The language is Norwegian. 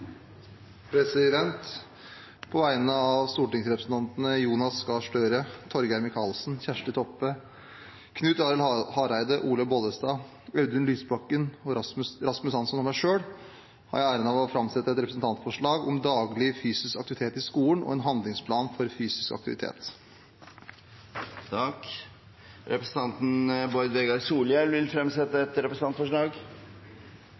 På vegne av stortingsrepresentantene Jonas Gahr Støre, Torgeir Micaelsen, Kjersti Toppe, Knut Arild Hareide, Olaug V. Bollestad, Audun Lysbakken, Rasmus Hansson og meg selv har jeg æren av å framsette et representantforslag om daglig fysisk aktivitet i skolen og en handlingsplan for fysisk aktivitet. Representanten Bård Vegar Solhjell vil fremsette